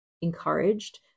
encouraged